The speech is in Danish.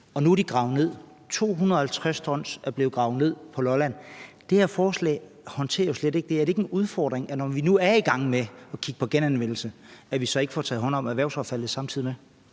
Men nu er de gravet ned. 250 t er blevet gravet ned på Lolland. Det her forslag håndterer jo slet ikke det. Er det ikke en udfordring, at vi, når vi nu er i gang med at kigge på genanvendelse, så ikke samtidig får taget hånd om erhvervsaffaldet?